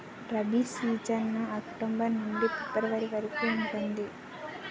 rabi season October నుండి ఫిబ్రవరి వరకు ఉంటుంది